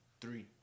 Three